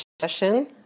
session